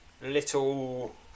little